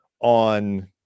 on